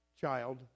child